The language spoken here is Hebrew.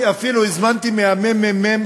אני אפילו הזמנתי מהממ"מ,